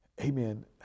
amen